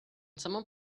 someone